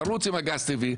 נרוץ עם הגז הטבעי,